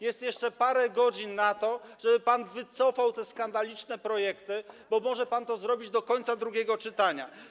Jest jeszcze parę godzin na to, żeby pan wycofał te skandaliczne projekty, bo może pan to zrobić do końca drugiego czytania.